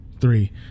three